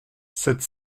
sept